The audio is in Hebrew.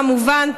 כמובן,